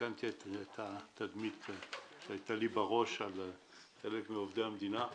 תיקנתי את התדמית שהייתה לי בראש על חלק מעובדי המדינה.